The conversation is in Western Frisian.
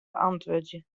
beäntwurdzje